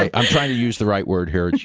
ah i'm trying to use the right word here. and